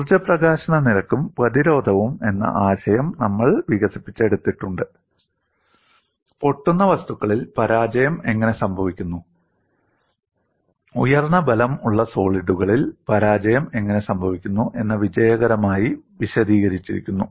ഊർജ്ജ പ്രകാശനനിരക്കും പ്രതിരോധവും എന്ന ആശയം നമ്മൾ വികസിപ്പിച്ചെടുത്തിട്ടുണ്ട് പൊട്ടുന്ന വസ്തുക്കളിൽ പരാജയം എങ്ങനെ സംഭവിക്കുന്നു ഉയർന്ന ബലം ഉള്ള സോളിഡുകളിൽ പരാജയം എങ്ങനെ സംഭവിക്കുന്നു എന്ന് വിജയകരമായി വിശദീകരിച്ചിരിക്കുന്നു